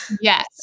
yes